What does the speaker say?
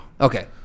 Okay